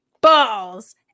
balls